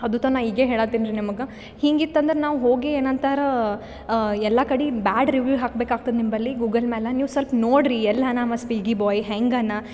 ಅದು ತನಕ ಹೀಗೆ ಹೇಳಕ್ಹತಿರಿ ನಿಮಗೆ ಹಿಂಗೆ ಇತ್ತಂದ್ರೆ ನಾವು ಹೋಗಿ ಏನು ಅಂತರಾ ಎಲ್ಲ ಕಡೆ ಬ್ಯಾಡ್ ರಿವೀವ್ ಹಾಕ್ಬೇಕು ಆಗ್ತದೆ ನಿಂಬಲ್ಲಿ ಗೂಗಲ್ ಮೇಲೆ ನೀವು ಸ್ವಲ್ಪ್ ನೋಡ್ರಿ ಎಲ್ಲಾ ಸ್ವಿಗ್ಗಿ ಬೊಯ್ ಹೆಂಗನ